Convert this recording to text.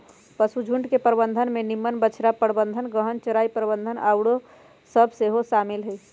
पशुझुण्ड के प्रबंधन में निम्मन बछड़ा प्रबंधन, गहन चराई प्रबन्धन आउरो सभ सेहो शामिल हइ